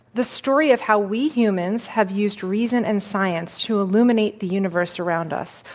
the story of how we humans have used reason and science to illuminate the universe around us,